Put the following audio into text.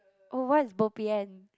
oh what is bo pian